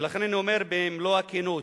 לכן, אני אומר במלוא הכנות: